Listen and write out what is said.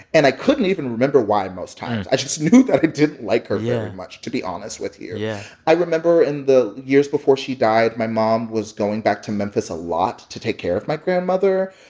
and i couldn't even remember why most times. i just knew that i didn't like her very much, to be honest with you yeah i remember in the years before she died, my mom was going back to memphis a lot to take care of my grandmother.